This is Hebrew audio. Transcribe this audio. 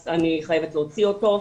אז אני חייבת להוציא אותו,